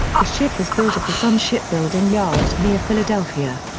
the ship was built at the sun shipbuilding yard near philadelphia.